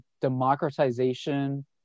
democratization